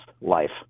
life